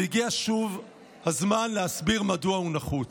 והגיע שוב הזמן להסביר מדוע הוא נחוץ.